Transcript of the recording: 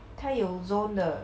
它有 zone 的